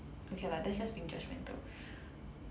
okay lah that's just being judgmental